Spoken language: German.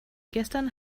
gestern